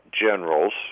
generals